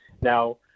now